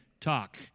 talk